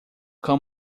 cão